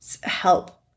help